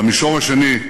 במישור השני,